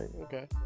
Okay